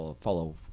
follow